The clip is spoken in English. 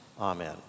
Amen